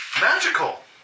magical